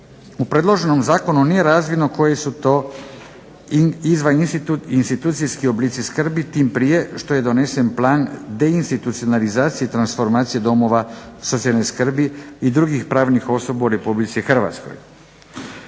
u predloženom zakonu nije razvidno koji su izvaninstitucionalni oblici skrbi, tim prije što je donesen Plan deinstitucionalizacije i transformacije domova socijalne skrbi i drugih pravnih osoba u Republici Hrvatskoj.